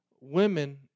women